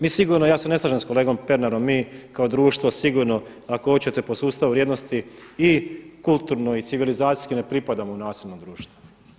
Mi sigurno, i ja se ne slažem sa kolegom Pernarom, mi kao društvo sigurno ako hoćete po sustavu vrijednosti i kulturno i civilizacijski ne pripadamo u nasilno društvo.